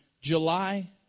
July